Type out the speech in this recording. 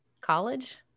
college